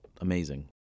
amazing